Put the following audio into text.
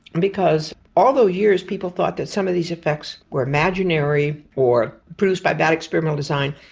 because all those years people thought that some of these effects were imaginary or produced by bad experimental design,